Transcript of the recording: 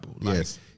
Yes